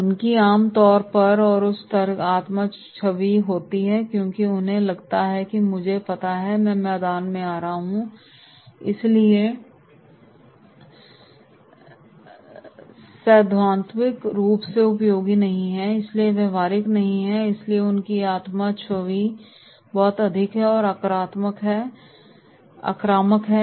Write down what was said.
उनकी आम तौर पर उच्च आत्म छवि होती है क्योंकि उन्हें लगता है कि मुझे पता है मैं मैदान से आ रहा हूं इसलिए यह सैद्धांतिक रूप से उपयोगी नहीं है इसलिए व्यावहारिक नहीं है इसलिए उनकी आत्म छवि बहुत अधिक है और आक्रामक हो सकती है